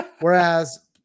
Whereas